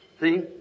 See